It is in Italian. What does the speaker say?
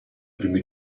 primi